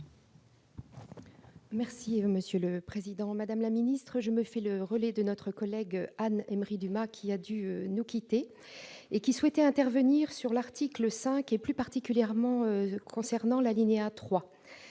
Riocreux, sur l'article. Madame la ministre, je me fais le relais de notre collègue Anne Émery-Dumas, qui a dû nous quitter et qui souhaitait intervenir sur l'article 5, plus particulièrement sur l'alinéa 3